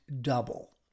double